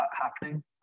happening